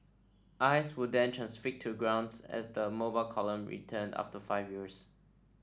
eyes were then transfixed to grounds as the Mobile Column returned after five years